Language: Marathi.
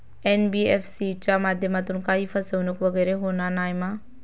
एन.बी.एफ.सी च्या माध्यमातून काही फसवणूक वगैरे होना नाय मा?